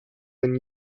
been